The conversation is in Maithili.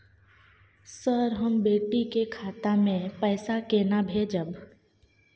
सर, हम बेटी के खाता मे पैसा केना भेजब?